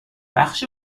بخش